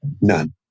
None